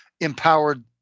empowered